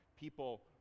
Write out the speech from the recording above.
people